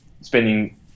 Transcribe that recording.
spending